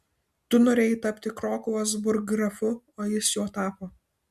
tu norėjai tapti krokuvos burggrafu o jis juo tapo